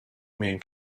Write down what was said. main